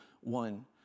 one